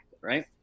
Right